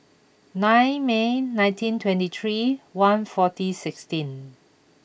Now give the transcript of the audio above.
nine May nineteen twenty three one forty sixteen